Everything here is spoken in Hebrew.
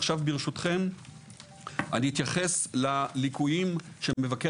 עכשיו ברשותכם אתייחס לליקוים שמבקר